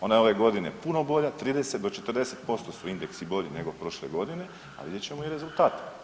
Ona je ove godine puno bolja 30 do 40% su indeksi bolji nego prošle godine, a vidjet ćemo i rezultate.